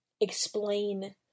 explain